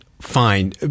Fine